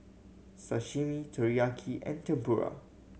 Sashimi Teriyaki and Tempura